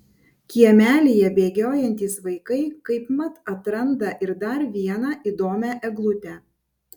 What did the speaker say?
kiemelyje bėgiojantys vaikai kaip mat atranda ir dar vieną įdomią eglutę